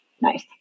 nice